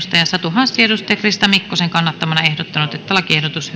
satu hassi krista mikkosen kannattamana ehdottanut että lakiehdotus